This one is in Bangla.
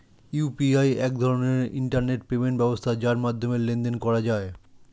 ইউ.পি.আই এক ধরনের ইন্টারনেট পেমেন্ট ব্যবস্থা যার মাধ্যমে লেনদেন করা যায়